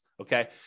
Okay